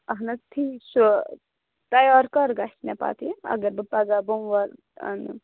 اَہن حظ ٹھیٖک چھُ تَیار کَر گژھِ مےٚ پَتہٕ یہِ اگر بہٕ پَگہہ بوٚموار